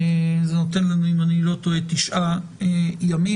אם אני לא טועה, זה נותן לנו תשעה ימים.